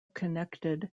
connected